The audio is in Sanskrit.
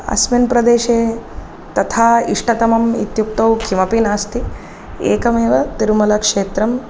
अस्मिन् प्रदेशे तथा इष्टतमम् इत्युक्तौ किमपि नास्ति एकमेव तिरुमलक्षेत्रं